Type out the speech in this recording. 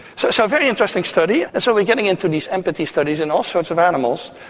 so so, a very interesting study. and so we're getting into these empathy studies in all sorts of animals,